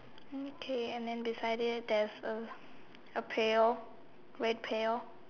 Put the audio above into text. okay and then beside it there's a a pail red pail